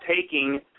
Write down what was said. taking